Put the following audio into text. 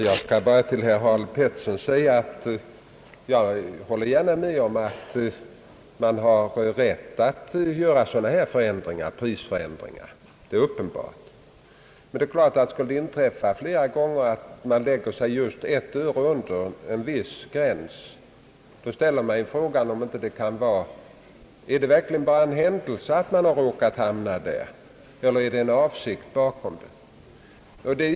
Herr talman! Jag håller gärna med herr Harald Pettersson om att man har rätt att göra sådana här prisförändringar. Men inträffar det flera gånger att man lägger sig just ett öre under en viss gräns blir ju frågan om det verkligen bara är av en händelse man råkat hamna där eller om det inte finns en avsikt bakom.